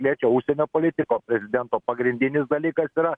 liečia užsienio politiką o prezidento pagrindinis dalykas yra